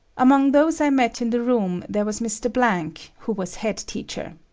among those i met in the room there was mr. blank who was head teacher.